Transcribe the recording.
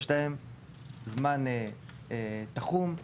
יש להם זמן תחום,